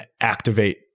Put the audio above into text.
activate